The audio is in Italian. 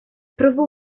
provò